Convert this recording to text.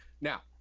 Now